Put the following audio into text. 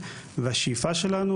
של הספיישל אולימפיקס,